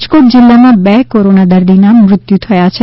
રાજકોટ જિલ્લામાં બે કોરોના દર્દીના મૃત્યુ થયા છે